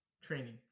training